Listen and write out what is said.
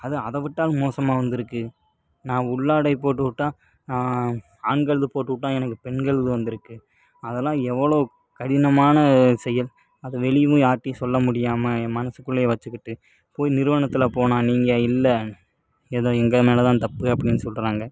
அது அதை விடா மோசமாக வந்திருக்கு நான் உள்ளாடை போட்டுவிட்டா ஆண்களுது போட்டுவிட்டா எனக்கு பெண்களுது வந்திருக்கு அதெல்லாம் எவ்வளோ கடினமான செயல் அது வெளியேவும் யார்ட்டையும் சொல்ல முடியாமல் என் மனசுக்குள்ளேயே வச்சுக்கிட்டு போய் நிறுவனத்தில் போனால் நீங்கள் இல்லை ஏதோ எங்கள் மேலே தான் தப்பு அப்படின்னு சொல்கிறாங்க